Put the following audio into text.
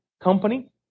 company